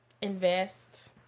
invest